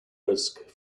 risk